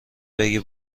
بگه